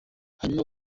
hanyuma